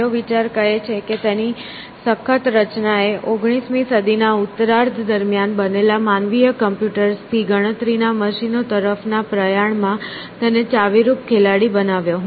છેલ્લો વિચાર કહે છે કે તેની સખત રચનાએ 19 મી સદીના ઉત્તરાર્ધ દરમિયાન બનેલા માનવીય કમ્પ્યુટર્સ થી ગણતરીના મશીનો તરફના પ્રયાણમાં તેને ચાવીરૂપ ખેલાડી બનાવ્યો